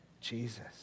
Jesus